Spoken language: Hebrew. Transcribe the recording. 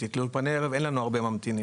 לאולפני ערב אין לנו הרבה ממתינים.